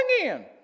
again